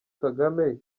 kagame